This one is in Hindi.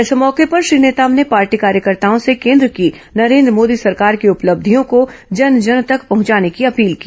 इस मौके पर श्री नेताम ने पार्टी कार्यकर्ताओं से केन्द्र की नरेन्द्र मोदी सरकार की उपलब्धियों को जन जन तक पहंचाने की अपील की